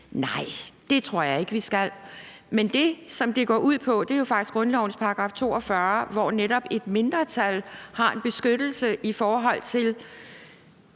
Nej, det tror jeg ikke vi skal. Men det, som det går ud på, er jo faktisk grundlovens § 42, hvor netop et mindretal har en beskyttelse i forhold til